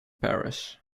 paris